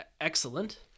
excellent